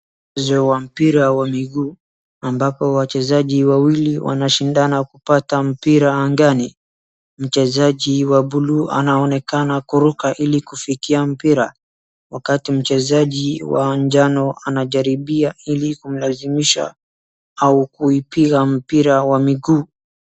Wachezaji wa mpira wa miguu, ambapo wachezaji wawili wanashindana kupata mpira angani, mchezani wa blue anaonekana kuruka ili kufikia mpira, wakati mchezaji wa njano anajaribia ili kulazimisha au kuipiga mpira wa miguu.